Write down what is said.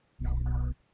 number